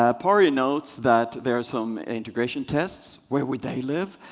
ah pari notes that there is some integration tests. where would they live?